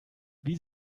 wie